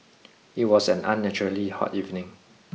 it was an unnaturally hot evening